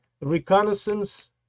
reconnaissance